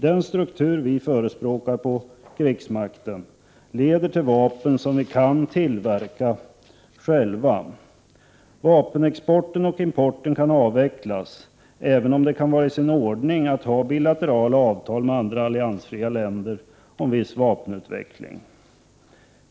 Den struktur miljöpartiet förespråkar på krigsmakten leder till vapen som vi kan tillverka själva. Exporten och importen av vapen kan avvecklas, även om det kan vara i sin ordning att ha bilaterala avtal med andra alliansfria länder om viss vapenutveckling.